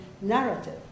narrative